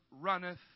runneth